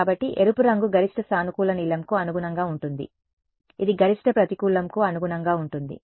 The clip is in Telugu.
కాబట్టి ఎరుపు రంగు గరిష్ట సానుకూల నీలంకు అనుగుణంగా ఉంటుంది ఇది గరిష్ట ప్రతికూలం కు అనుగుణంగా ఉంటుంది